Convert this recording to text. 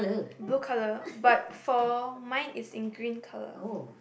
blue colour but for mine is in green colour